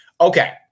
Okay